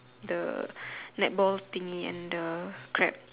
the netball thingy and the crab